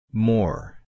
More